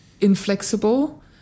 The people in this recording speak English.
inflexible